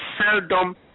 seldom